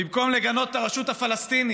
במקום לגנות את הרשות הפלסטינית,